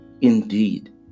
indeed